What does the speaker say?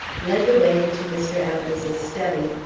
led the way into mr. adams's study,